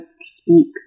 speak